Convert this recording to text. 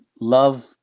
love